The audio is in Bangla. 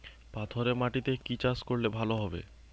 পাথরে মাটিতে কি চাষ করলে ভালো হবে?